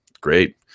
Great